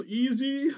easy